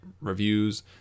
reviews